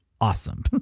awesome